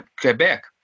Quebec